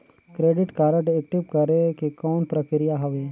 Credit card active करे के कौन प्रक्रिया हवे?